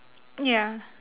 ya